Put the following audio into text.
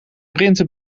printen